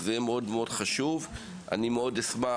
זה יהיה מאוד חשוב, ואני מאוד אשמח